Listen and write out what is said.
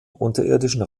unterirdischen